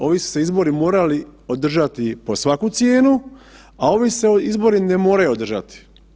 Ovi su se izbori morali održati pod svaku cijenu, a ovi se izbori ne moraju održati.